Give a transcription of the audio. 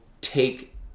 take